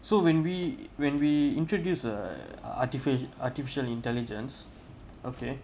so when we when we introduce a artificial artificial intelligence okay